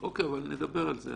אוקי, אבל נדבר על זה.